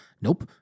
Nope